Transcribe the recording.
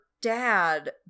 dad